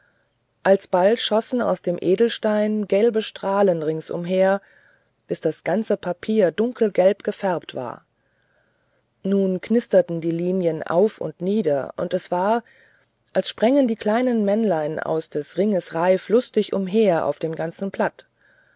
alsbald schossen aus dem edelstein gelbe strahlen ringsumher bis das ganze papier dunkelgelb gefärbt war nun knisterten die linien auf und nieder und es war als sprängen die kleinen männlein aus des ringes reif lustig umher auf dem ganzen blatt